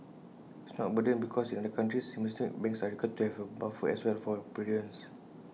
it's not A burden because in other countries systemic banks are required to have A buffer as well for prudence